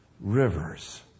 rivers